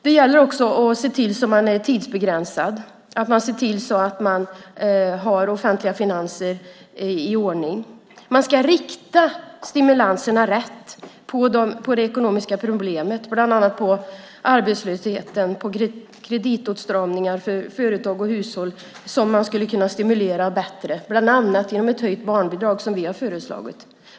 Det gäller också att se till att stimulanspaket är tidsbegränsade och att man har offentliga finanser i ordning. Man ska rikta stimulanserna rätt på det ekonomiska problemet, bland annat på arbetslösheten, kreditåtstramningar för företag och hushåll, som man skulle kunna stimulera bättre, bland annat genom ett höjt barnbidrag som vi har föreslagit.